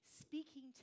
speaking